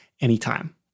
anytime